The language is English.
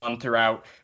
throughout